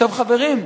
עכשיו, חברים,